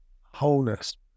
wholeness